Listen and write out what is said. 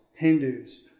Hindus